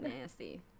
nasty